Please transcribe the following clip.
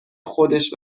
خودش